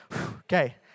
okay